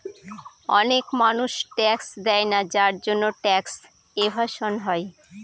অনেক মানুষ ট্যাক্স দেয়না যার জন্যে ট্যাক্স এভাসন হয়